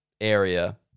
area